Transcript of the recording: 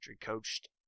coached